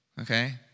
Okay